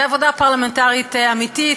ועבודה פרלמנטרית אמיתית,